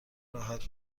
راحت